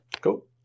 Cool